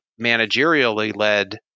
managerially-led